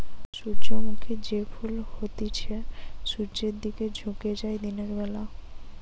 সূর্যমুখী যে ফুল হতিছে সূর্যের দিকে ঝুকে যায় দিনের বেলা